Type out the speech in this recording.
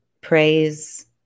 praise